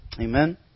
Amen